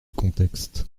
contexte